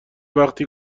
وقتی